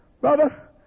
brother